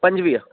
पंजवीहु